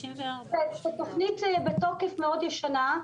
התכנית שבתוקף מאוד ישנה,